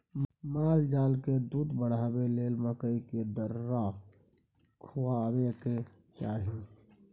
मालजालकेँ दूध बढ़ाबय लेल मकइ केर दर्रा खुआएल जाय छै